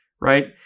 right